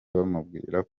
bamubwira